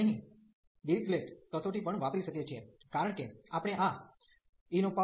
આપણે અહીં Dirichlet Dirichlet કસોટી પણ વાપરી શકીએ છીએ કારણ કે આપણે આ e x લઈ શકીએ છીએ